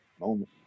moment